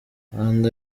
rwanda